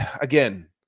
again